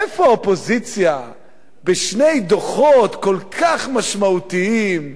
איפה האופוזיציה בשני דוחות כל כך משמעותיים,